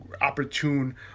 opportune